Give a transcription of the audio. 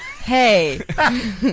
Hey